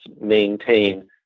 maintain